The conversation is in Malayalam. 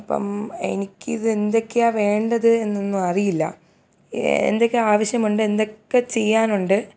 അപ്പോള് എനിക്കിത് എന്തൊക്കെയാണു വേണ്ടത് എന്നൊന്നും അറിയില്ല എന്തൊക്കെ ആവശ്യമുണ്ട് എന്തൊക്കെ ചെയ്യാനുണ്ട്